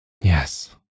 Yes